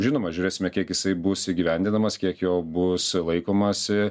žinoma žiūrėsime kiek jisai bus įgyvendinamas kiek jo bus laikomasi